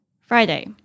Friday